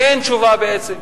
שאין תשובה בעצם.